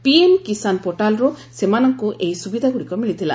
PM Kisan ପୋର୍ଟାଲ୍ରୁ ସେମାନଙ୍କୁ ଏହି ସୁବିଧାଗୁଡ଼ିକ ମିଳିଥିଲା